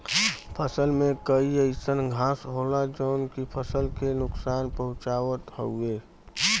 फसल में कई अइसन घास होला जौन की फसल के नुकसान पहुँचावत हउवे